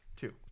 Two